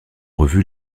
revue